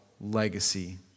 legacy